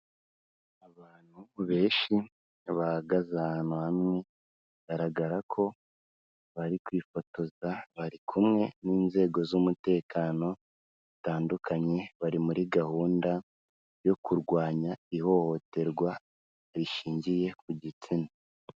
Abantu benshi bahagaze ahantu hamwe, bigaragara ko bari kwifotoza bari kumwe n'inzego z'umutekano zitandukanye, bari muri gahunda yo kurwanya ihohoterwa rishingiye ku gitsina.